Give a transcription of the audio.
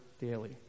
daily